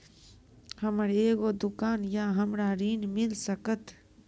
हमर एगो दुकान या हमरा ऋण मिल सकत?